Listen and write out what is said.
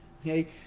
okay